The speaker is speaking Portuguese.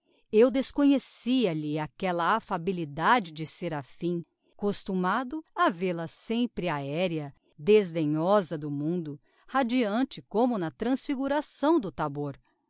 eu desconhecia lhe aquella affabilidade de seraphim costumado a vêl-a sempre aéria desdenhosa do mundo radiante como na transfiguração do thabor